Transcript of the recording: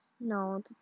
No